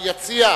ביציע,